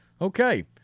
Okay